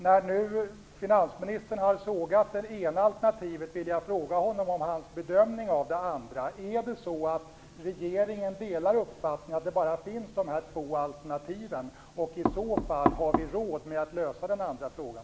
När nu finansministern har sågat det ena alternativet vill jag fråga honom om hans bedömning av det andra. Delar regeringen uppfattningen att det bara finns dessa två alternativ? Har vi i så fall råd att lösa den andra frågan?